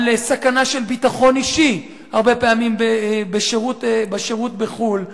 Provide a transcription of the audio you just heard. זו סכנה של ביטחון אישי הרבה פעמים בשירות בחוץ-לארץ.